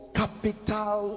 capital